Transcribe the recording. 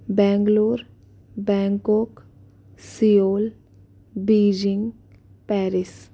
Bangalore Bangkok Seoul Beijing Paris